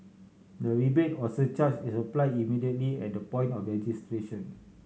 the rebate or surcharge is applied immediately at the point of registration